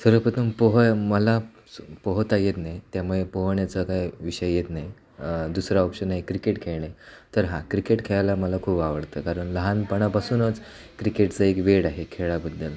सर्वप्रथम पोहा मला पोहता येत नाही त्यामुळे पोहोण्याचा काय विषय येत नाही दुसरा ऑप्शन आहे क्रिकेट खेळणे तर हा क्रिकेट खेळायला मला खूप आवडतं कारण लहानपणापासूनच क्रिकेटचं एक वेड आहे खेळाबद्दल